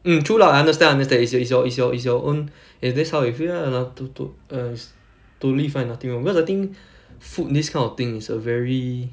mm true lah understand understand it's yo~ it's your it's your it's your own yes that's how it feel lah to to us to leave like nothing [one] cause I think food this kind of thing is a very